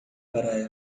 para